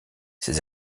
ses